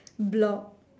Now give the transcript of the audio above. block